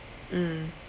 mm